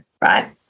right